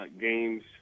games